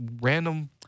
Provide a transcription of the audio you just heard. random—